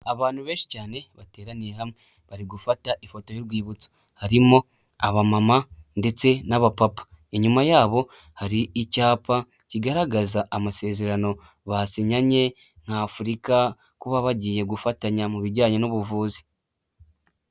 Abantu benshi cyane bateraniye hamwe, bari gufata ifoto y'urwibutso, harimo aba mama ndetse n'aba papa. Inyuma yabo hari icyapa kigaragaza amasezerano basinyanye nka Afurika, kuba bagiye gufatanya mu bijyanye n'ubuvuzi.